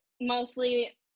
mostly